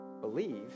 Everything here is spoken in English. believe